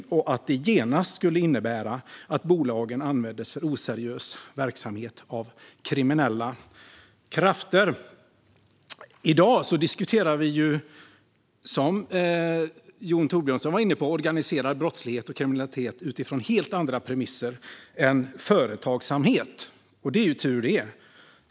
Man ansåg att det genast skulle innebära att bolagen användes för oseriös verksamhet av kriminella krafter. I dag diskuterar vi, som Jon Thorbjörnson var inne på, organiserad brottslighet och kriminalitet utifrån helt andra premisser än företagsamhet, och det är tur det!